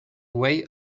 way